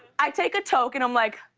i take a toke and i'm like,